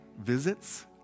visits